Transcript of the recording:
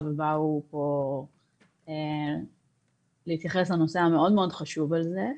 ובאו פה על מנת להתייחס לנושא המאוד מאוד חשוב הזה.